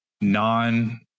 non